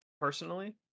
personally